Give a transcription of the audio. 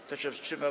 Kto się wstrzymał?